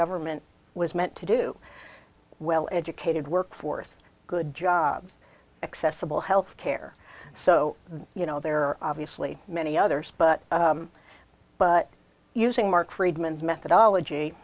government was meant to do well educated work force good job accessible health care so you know there are obviously many others but but using mark friedman's methodology